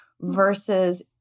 Versus